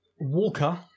Walker